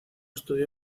estudió